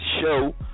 show